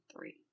three